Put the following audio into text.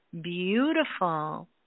beautiful